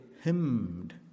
hymned